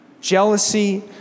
Jealousy